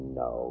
no